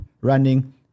running